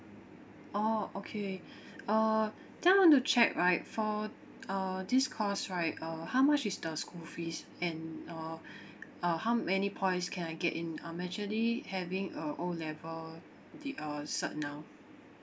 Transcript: orh okay uh then I want to check right for uh this course right uh how much is the school fees and uh uh how many points can I get in I'm actually having a O level the uh cert now